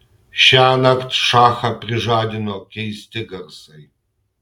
šiąnakt šachą prižadino keisti garsai